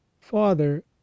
Father